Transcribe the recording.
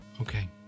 Okay